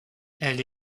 elle